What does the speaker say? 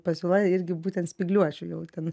pasiūla irgi būtent spygliuočių jau ten